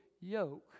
yoke